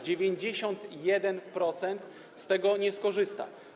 91% z tego nie skorzysta.